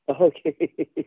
Okay